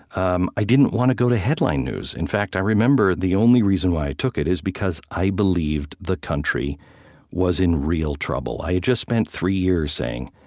um i didn't want to go to headline news. in fact, i remember the only reason why i took it is because i believed the country was in real trouble. i had just spent three years saying,